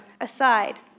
aside